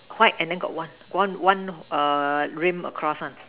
white and then got one one one err rim across ah